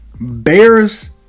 Bears